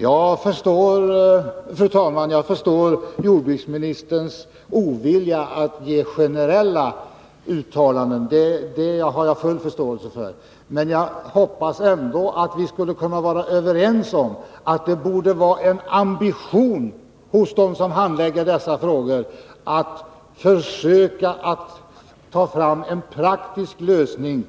Fru talman! Jag har full förståelse för jordbruksministerns ovilja att göra generella uttalanden. Men jag hoppas ändå att vi skall kunna vara överens om att det borde vara en ambition hos den som handlägger dessa frågor att försöka ta fram en praktisk lösning